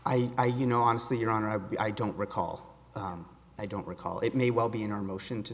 i i you know honestly your honor i be i don't recall i don't recall it may well be in our motion to